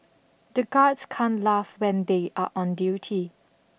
the guards can't laugh when they are on duty